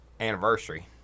anniversary